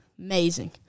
Amazing